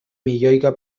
milioika